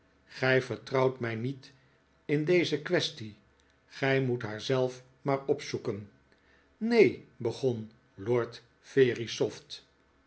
gij vertrouwt mij niet in deze quaestie gij moet haar zelf maar opzoeken neen begon lord